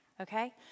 okay